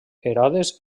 herodes